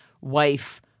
wife